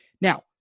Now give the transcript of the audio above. Now